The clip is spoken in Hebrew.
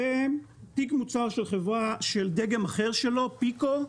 ותיק מוצר של חברה של דגם אחר שלו, פיקו,